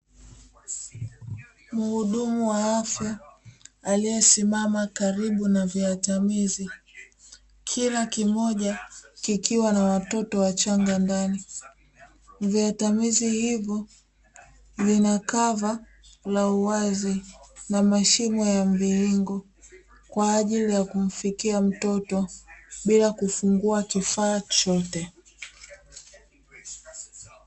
Mhudumu wa afya aliyesimama karibu na viatamizi kila kimoja kikiwa na watoto wachanga ndani viotamizi hivyo kava la uwazi la mashimo ya mviringo kwa ajili ya kumfikia mtoto bila kufungua kifaa kifaa chochote.